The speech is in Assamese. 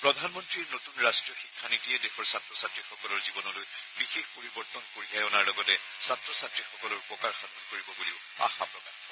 প্ৰধানমন্তীয়ে নতুন ৰাষ্ট্ৰীয় শিক্ষা নীতিয়ে দেশৰ ছাত্ৰ ছাত্ৰীসকলৰ জীৱনলৈ বিশেষ পৰিৱৰ্তন কঢ়িয়াই অনাৰ লগতে ছাত্ৰ ছাত্ৰীসকলৰ উপকাৰ সাধন কৰিব বুলিও আশা প্ৰকাশ কৰে